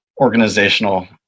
organizational